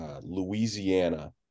Louisiana